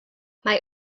mae